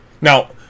Now